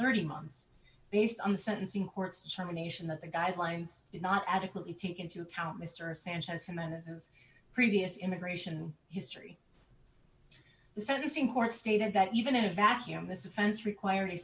thirty months based on the sentencing court's determination that the guidelines did not adequately take into account mr sanchez and then it's his previous immigration history the sentencing court stated that even in a vacuum this offense required a